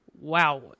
Wow